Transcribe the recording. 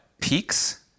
peaks